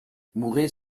mouret